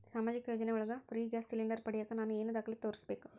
ಸಾಮಾಜಿಕ ಯೋಜನೆ ಒಳಗ ಫ್ರೇ ಗ್ಯಾಸ್ ಸಿಲಿಂಡರ್ ಪಡಿಯಾಕ ಏನು ದಾಖಲೆ ತೋರಿಸ್ಬೇಕು?